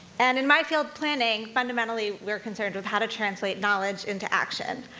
and in my field planning, fundamentally, we're concerned with how to translate knowledge into action.